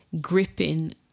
gripping